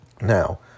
now